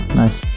nice